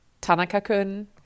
Tanaka-kun